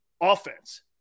offense